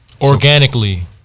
Organically